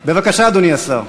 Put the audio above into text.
בבקשה, אדוני השר.